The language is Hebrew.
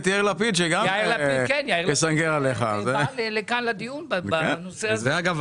יאיר לפיד היה כאן בדיון בנושא הזה.